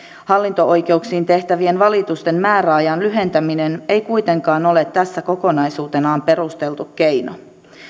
hallinto oikeuksiin tehtävien valitusten määräajan lyhentäminen ei kuitenkaan ole tässä kokonaisuutenaan perusteltu keino